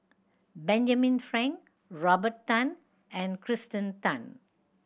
Benjamin Frank Robert Tan and Kirsten Tan